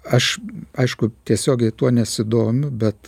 aš aišku tiesiogiai tuo nesidomiu